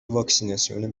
واکسیناسیون